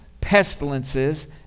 pestilences